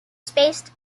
spaced